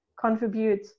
contribute